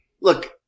look